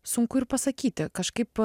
sunku ir pasakyti kažkaip